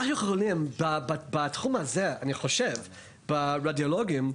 אני חושב שבתחום הזה של הרדיולוגים,